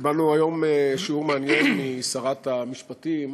קיבלנו היום שיעור מעניין משרת המשפטים